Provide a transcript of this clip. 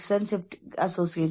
ജോലിയിൽ അനിശ്ചിതത്വമുണ്ട്